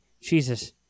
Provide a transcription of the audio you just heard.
Jesus